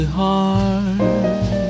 hard